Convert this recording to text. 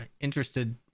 interested